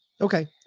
Okay